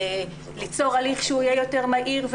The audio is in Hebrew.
ליצור הליך שיהיה יותר מהיר,